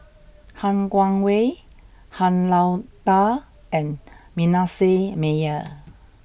Han Guangwei Han Lao Da and Manasseh Meyer